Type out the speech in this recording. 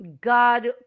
God